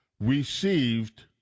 received